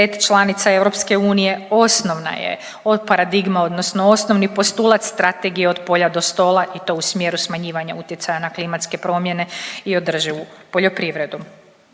članica EU osnovna je paradigma odnosno osnovi postulat strategije Od polja do stola i to u smjeru smanjivanja utjecaja na klimatske promjene i održivu poljoprivredu.